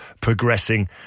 progressing